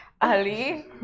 Ali